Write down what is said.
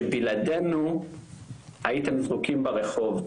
שבלעדינו הייתם זרוקים ברחוב,